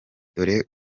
dore